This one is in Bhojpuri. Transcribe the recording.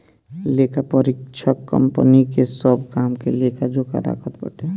लेखापरीक्षक कंपनी के सब काम के लेखा जोखा रखत बाटे